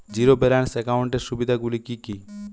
Zero balance একাউন্টের সুবিধা গুলি কি কি?